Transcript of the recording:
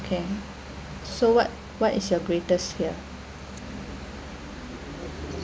okay so what what is your greatest fear